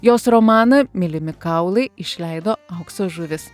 jos romaną mylimi kaulai išleido aukso žuvys